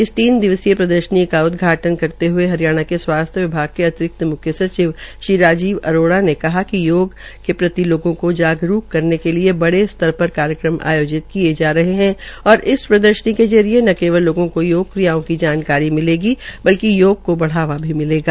इस तीन दिवसीय प्रदर्शनी का उदघाटन करते हये हरियाणा के स्वास्थ्य विभाग के अतिरिक्त मुख्य सचिव श्री राजीव आरोड़ा ने कहा कि योग योग के प्रति लोगों को जागरूक करने के लिये बड़े स्तर पर कार्यक्रम आयोजित किये जा रहे है और इस प्रदर्शनी के जरिये न केवल लोगों को योग क्रियाओं की जानकारी मिलेगी बल्कि योग को बढ़ावा मिलेगा